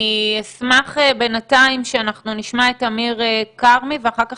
אני אשמח בינתיים שאנחנו נשמע את אמיר כרמי ואחר כך